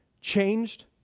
changed